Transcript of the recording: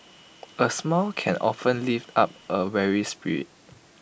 A smile can often lift up A weary spirit